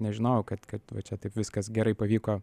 nežinojau kad kad va čia taip viskas gerai pavyko